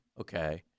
Okay